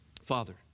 Father